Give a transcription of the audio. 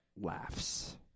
laughs